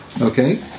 Okay